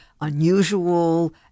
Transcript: unusual